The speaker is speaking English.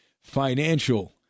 financial